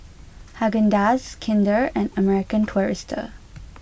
Haagen Dazs Kinder and American Tourister